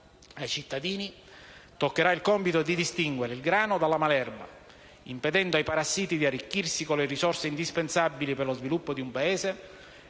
Ai cittadini toccherà il compito di distinguere il grano dalla malerba, impedendo ai parassiti di arricchirsi con le risorse indispensabili per lo sviluppo di un Paese,